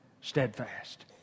steadfast